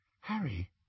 Harry